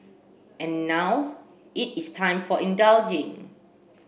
and now it is time for indulging